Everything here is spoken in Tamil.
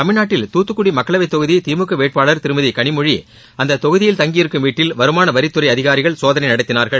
தமிழ்நாட்டில் தூத்துக்குடமக்களவைத் தொகுதிதிமுகவேட்பாளர் திருமதிகளிமொழிஅந்ததொகுதியில் தங்கியிருக்கும் வீட்டில் வருமானவரித்துறைஅதிகாரிகள் சோதனைநடத்தினார்கள்